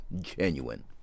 genuine